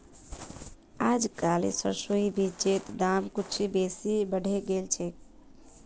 अजकालित सरसोर बीजेर दाम कुछू बेसी बढ़े गेल छेक